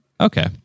Okay